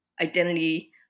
identity